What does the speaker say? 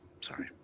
sorry